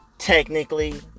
Technically